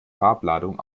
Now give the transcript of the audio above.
farbladung